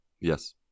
Yes